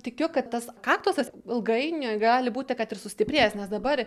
tikiu kad tas kaktusas ilgainiui gali būti kad ir sustiprės nes dabar